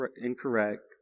incorrect